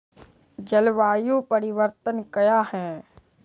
जलवायु परिवर्तन कया हैं?